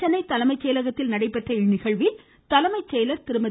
சென்னை தலைமை செயலகத்தில் நடைபெற்ற இந்நிகழ்ச்சியில் தலைமைச்செயலர் திருமதி